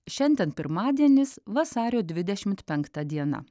šiandien pirmadienis vasario dvidešimt penkta diena